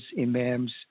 imams